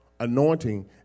anointing